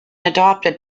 adopted